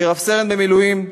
כרב-סרן במילואים,